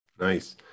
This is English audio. Nice